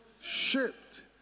shift